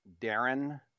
Darren